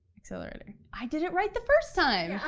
accelerator. i did it right the first time.